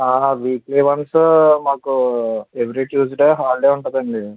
weekly once మాకు every Tuesday holiday ఉంటుంది అండి